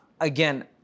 again